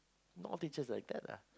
not teachers like that lah